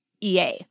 EA